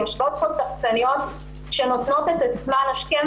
כי יושבות פה שחקניות שנותנות את עצמן השכם